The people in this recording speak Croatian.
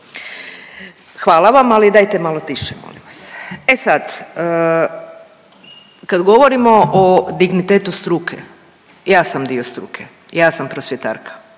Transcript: Hvala vam, ali dajte malo tiše, molim vas. E sad, kad govorimo o dignitetu struke, ja sam dio struke, ja sam prosvjetarka,